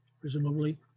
presumably